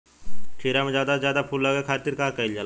खीरा मे ज्यादा से ज्यादा फूल लगे खातीर का कईल जाला?